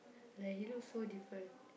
like he look so different